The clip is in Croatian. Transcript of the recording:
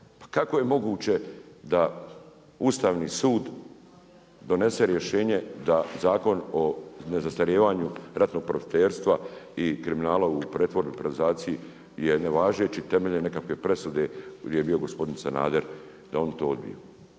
Pa kako je moguće da Ustavni sud donesene rješenje da Zakon o nezastarijevanju ratnog profiterstva i kriminala u pretvorbi, privatizaciji je nevažeći temeljem nekakve presude gdje je bio gospodin Sanader da on to, da